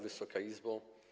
Wysoka Izbo!